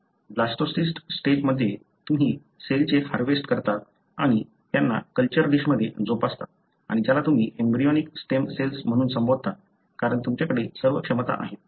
blastocyst स्टेजमध्ये तुम्ही सेलचे हार्वेस्ट करता आणि त्यांना कल्चर डिशमध्ये जोपासता आणि ज्याला तुम्ही एम्ब्रियोनिक स्टेम सेल्स म्हणून संबोधता कारण त्यांच्याकडे सर्व क्षमता आहेत